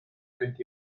könnt